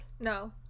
No